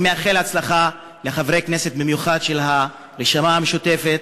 אני מאחל הצלחה במיוחד לחברי הכנסת של הרשימה המשותפת,